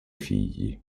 figli